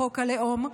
בחוק הלאום,